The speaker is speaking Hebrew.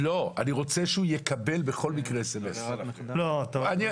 אני בעד מה שהשלטון המקומי מבקש.